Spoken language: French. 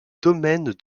domaine